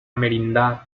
merindad